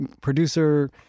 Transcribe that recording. producer